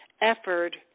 effort